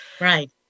Right